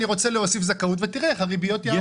אני רוצה להוסיף זכאות ותראה איך הריביות יעלו.